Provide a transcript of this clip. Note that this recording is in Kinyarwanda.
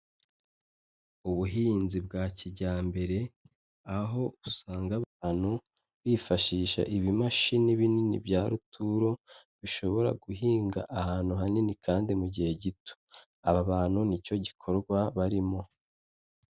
Ubuhinzi bwa kijyambere, aho usanga abantu bifashisha ibimashini binini bya ruturo, bishobora guhinga ahantu hanini kandi mu gihe gito, aba bantu ni cyo gikorwa barimo.